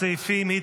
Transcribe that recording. הסעיפים,